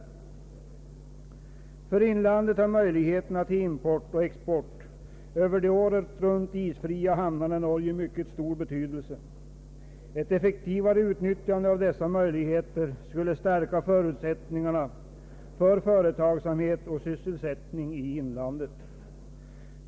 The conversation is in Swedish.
För inlandet har möjligheterna till import och export över de året runt isfria hamnarna i Norge mycket stor betydelse. Ett effektivare utnyttjande av dessa möjligheter skulle stärka förutsättningarna för företagsamhet och sysselsättning i inlandet.